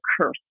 curse